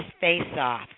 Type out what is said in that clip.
face-off